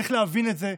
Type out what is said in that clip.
צריך להבין את זה,